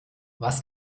was